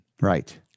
Right